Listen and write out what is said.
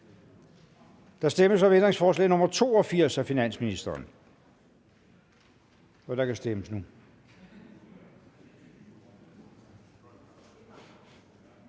Der stemmes om ændringsforslag nr. 74 af finansministeren, og der kan stemmes nu.